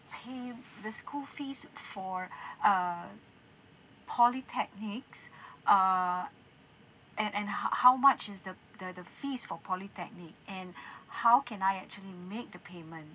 pay the school fees for uh polytechnics err and and how how much is the the the fees for polytechnic and how can I actually make the payment